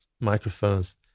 microphones